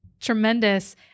tremendous